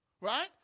Right